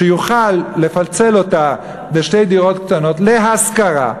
שיוכל לפצל אותה לשתי דירות קטנות להשכרה.